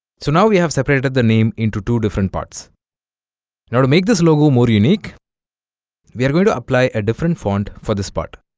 so now we have separated the name into two different parts now to make this logo more unique we are going to apply a different font for this part